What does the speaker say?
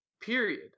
period